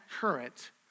current